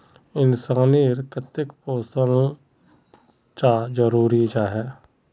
इंसान नेर केते पोषण चाँ जरूरी जाहा?